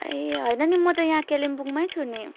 ए हैन नि म त यहाँ कालिम्पोङमै छु नि